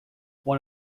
one